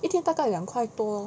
一天大概两块多咯